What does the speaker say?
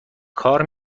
کار